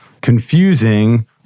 confusing